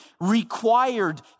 required